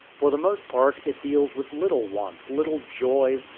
for the most part it deals with little wants, little joys,